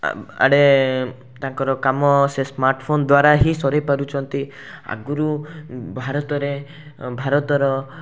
ଆ ଆଡ଼େ ତାଙ୍କର କାମ ସେ ସ୍ମାର୍ଟ ଫୋନ୍ ଦ୍ଵାରା ହିଁ ସରେଇ ପାରୁଛନ୍ତି ଆଗରୁ ଭାରତରେ ଭାରତର